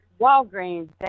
Walgreens